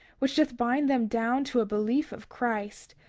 which doth bind them down to a belief of christ,